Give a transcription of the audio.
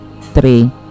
three